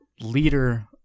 leader